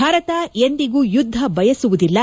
ಭಾರತ ಎಂದಿಗೂ ಯುದ್ದ ಬಯಸುವುದಿಲ್ಲ